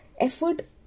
effort